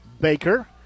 Baker